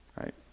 right